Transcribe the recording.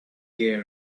gear